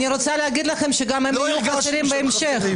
אני רוצה להגיד לכם שגם הם יהיו חסרים בהמשך.